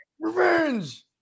Revenge